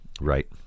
Right